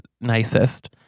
nicest